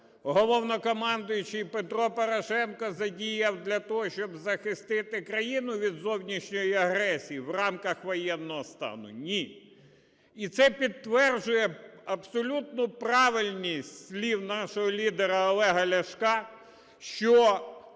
Головнокомандуючий Петро Порошенко задіяв для того, щоб захистити країну від зовнішньої агресії в рамках воєнного стану? Ні. І це підтверджує абсолютну правильність слів нашого лідера Олега Ляшка, що